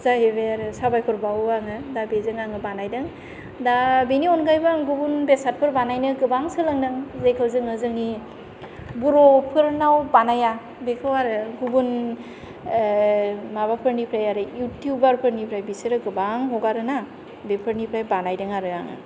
जाहैबाय आरो साबायखर बावो आङो दा बेजों आङो बानायदों दा बेनि अनगायैबो आङो गुबुन बेसादफोर बानायनो गोबां सोलोंदों जेखौ जोङो जोंनि बर'फोरनाव बानाया बेखौ आरो गुबुन माबाफोरनिफ्राय आरो इउथुबारफोरनिफ्राय बिसोरो गोबां हगारोना बेफोरनिफ्राय बानायदों आरो आङो